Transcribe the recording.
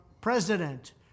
president